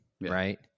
Right